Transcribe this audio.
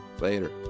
later